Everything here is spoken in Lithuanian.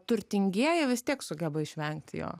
turtingieji vis tiek sugeba išvengti jo